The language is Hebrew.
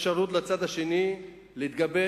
אפשרות לצד השני להתגבש,